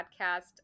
podcast